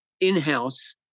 in-house